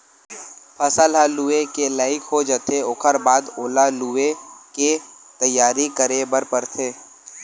फसल ह लूए के लइक हो जाथे ओखर बाद ओला लुवे के तइयारी करे बर परथे